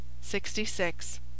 sixty-six